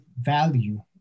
value